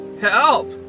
Help